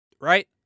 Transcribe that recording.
Right